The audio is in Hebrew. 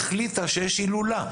החליטה שיש הילולה,